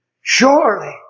Surely